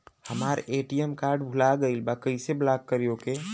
हमार ATM card भूला गईल बा कईसे ब्लॉक करी ओके?